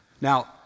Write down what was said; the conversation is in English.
Now